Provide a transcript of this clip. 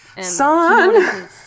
Son